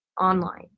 online